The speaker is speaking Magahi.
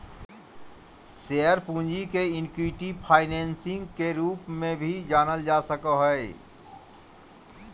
शेयर पूंजी के इक्विटी फाइनेंसिंग के रूप में भी जानल जा हइ